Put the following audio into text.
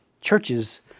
churches